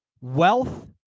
Wealth